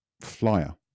flyer